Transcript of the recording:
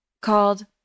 called